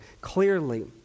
Clearly